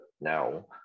now